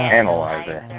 analyzer